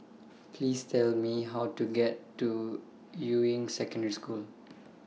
Please Tell Me How to get to Yuying Secondary School